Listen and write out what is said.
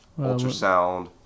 ultrasound